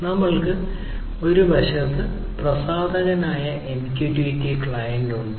നമ്മൾക്ക് ഒരു വശത്ത് പ്രസാധകനായ MQTT ക്ലയന്റ് ഉണ്ട്